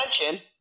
attention